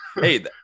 hey